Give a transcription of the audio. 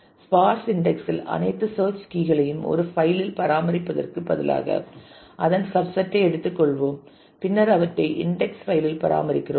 sparse index இல் அனைத்து search key களையும் ஒரு பைல் இல் பராமரிப்பதற்கு பதிலாக அதன் சப்செட் ஐ எடுத்துக்கொள்வோம் பின்னர் அவற்றை இன்டெக்ஸ் பைல் இல் பராமரிக்கிறோம்